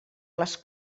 les